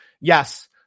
Yes